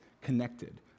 connected